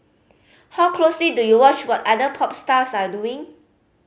how closely do you watch what other pop stars are doing